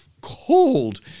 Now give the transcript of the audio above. cold